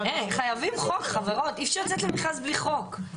חייבים חוק, חברות, אי אפשר לצאת למכרז בלי חוק.